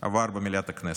עבר במליאת הכנסת.